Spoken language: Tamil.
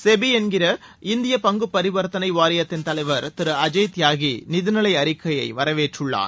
செபி என்கிற இந்திய பங்கு பரிவர்த்தனை வாரியத்தின் தலைவர் திரு அஜய் தியாகி நிதிநிலை அறிக்கையை வரவேற்றுள்ளார்